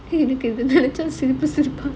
இதுக்கே:idhuke instantly simple simple